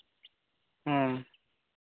ᱦᱚᱢ